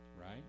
Right